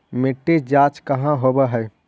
मिट्टी जाँच कहाँ होव है?